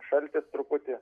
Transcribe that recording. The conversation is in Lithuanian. šaltis truputį